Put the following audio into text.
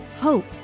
hope